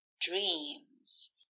dreams